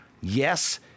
Yes